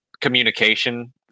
communication